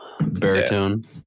Baritone